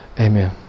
Amen